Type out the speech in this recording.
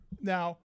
Now